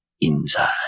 inside